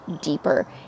deeper